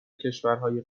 کشورهای